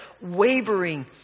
wavering